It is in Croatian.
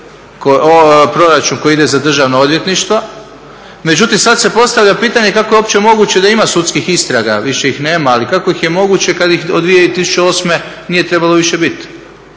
proračun koji ide za Državno odvjetništvo. Međutim, sad se postavlja pitanje kako je uopće moguće da ima sudskih istraga? Više ih nema ali kako je moguće kad ih od 2008. nije trebalo više biti?